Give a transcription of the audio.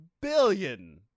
billion